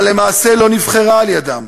אבל למעשה לא נבחרה על-ידיהם.